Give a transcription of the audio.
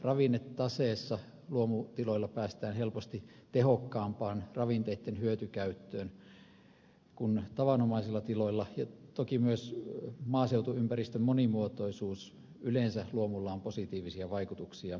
ravinnetaseessa luomutiloilla päästään helposti tehokkaampaan ravinteitten hyötykäyttöön kuin tavanomaisilla tiloilla ja toki myös maaseutuympäristön monimuotoisuuteen yleensä luomulla on positiivisia vaikutuksia